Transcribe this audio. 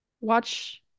Watch